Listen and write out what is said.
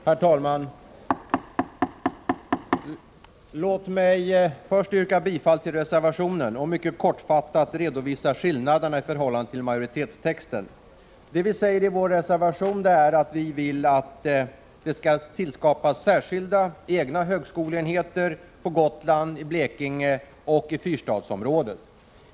Herr talman! Låt mig först yrka bifall till reservationen och mycket kortfattat redovisa skillnaderna i förhållande till majoritetstexten. Vi skriver i vår reservation att vi vill att det skall tillskapas särskilda högskoleenheter på Gotland, i Blekinge och i ”fyrstadsområdet”.